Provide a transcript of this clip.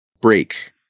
break